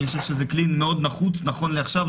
אני חושב שזה כלי מאוד נחוץ נכון לעכשיו,